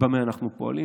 במה אנחנו פועלים.